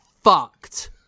fucked